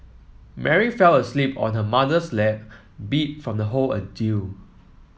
Mary fell asleep on her mother's lap beat from the whole ordeal